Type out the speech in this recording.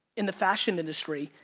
in the fashion industry,